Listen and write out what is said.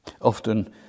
Often